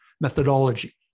methodology